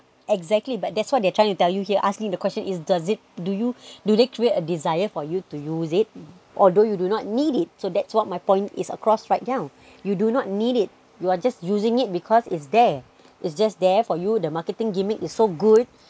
exactly but that's what they're trying to tell you here asking the question is does it do you do they create a desire for you to use it although you do not need it so that's what my point is across right now you do not need it you're just using it because it's there it's just there for you the marketing gimmick is so good